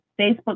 Facebook